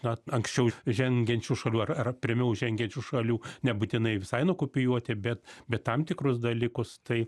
na anksčiau žengiančių šalių ar ar pirmiau žengiančių šalių nebūtinai visai nukopijuoti bet bet tam tikrus dalykus tai